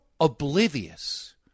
oblivious